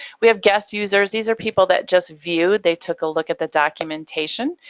we have guest users. these are people that just view. they took a look at the documentation.